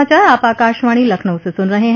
यह समाचार आप आकाशवाणी लखनऊ से सुन रहे हैं